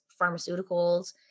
pharmaceuticals